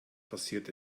passiert